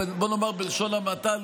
בוא נאמר בלשון המעטה,